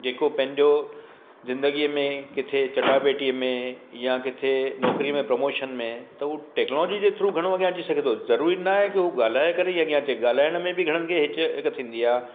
जेको पंहिंजो ज़िंदगीअ में किथे चटाभेटीअ में या किथे नौकरी में प्रमोशन में त उहो टैक्नोलॉजी जे थ्रू घणो अॻियां अची सघे थो ज़रूरी न आहे की उहो ॻाल्हाए करे ई अॻियां अचे ॻाल्हाइण में बि घणनि खे हिच हिकु थींदी आहे